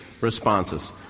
responses